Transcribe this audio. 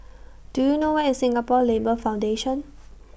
Do YOU know Where IS Singapore Labour Foundation